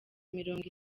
mirongo